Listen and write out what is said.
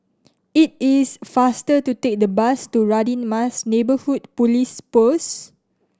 it is faster to take the bus to Radin Mas Neighbourhood Police Post